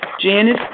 Janice